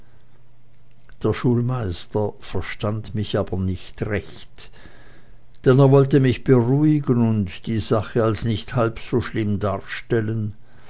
der schulmeister verstand mich aber nicht recht denn er wollte mich beruhigen und die sache als nicht halb so schlimm darstellen